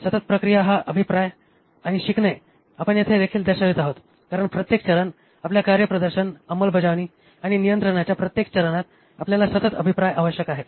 सतत प्रक्रिया हा अभिप्राय आणि शिकणे आपण येथे देखील दर्शवित आहोत कारण प्रत्येक चरण आपल्या कार्यप्रदर्शन अंमलबजावणी आणि नियंत्रणाच्या प्रत्येक चरणात आपल्याला सतत अभिप्राय आवश्यक आहे